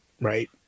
right